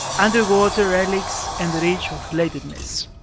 underwater relics, and the reach of relatedness.